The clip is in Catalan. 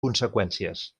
conseqüències